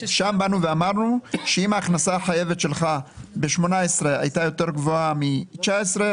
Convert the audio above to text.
שם אמרנו שאם ההכנסה החייבת שלך ב-2018 הייתה יותר גבוהה מ-2019,